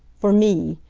for me!